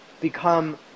become